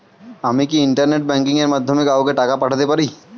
আমি কি internet banking এর মাধ্যমে কাওকে টাকা পাঠাতে পারি?